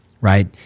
right